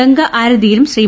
ഗംഗാ ആരതിയിലും ശ്രീ